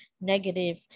negative